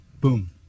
Boom